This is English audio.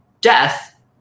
death